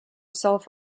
self